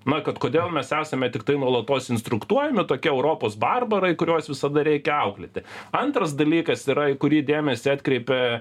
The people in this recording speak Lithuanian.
na kad kodėl mes esame tiktai nuolatos instruktuojami tokie europos barbarai kuriuos visada reikia auklėti antras dalykas yra į kurį dėmesį atkreipė